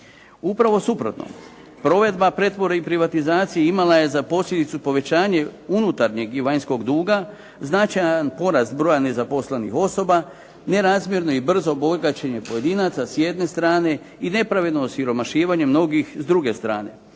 Upravo suprotno, provedba, pretvorba i privatizacija imala je za posljedicu povećanje unutarnjeg i vanjskog duga, značajan porast broja nezaposlenih osoba, nerazmjerno i brzo bogaćenje pojedinaca s jedne strane i nepravedno osiromašivanje mnogih s druge strane,